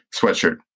sweatshirt